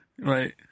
Right